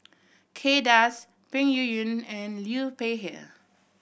Kay Das Peng Yuyun and Liu Peihe